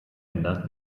ändert